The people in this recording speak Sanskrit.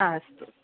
अस्तु